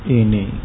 ini